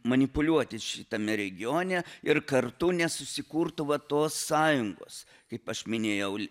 manipuliuoti šitame regione ir kartu nesusikurtų va tos sąjungos kaip aš minėjau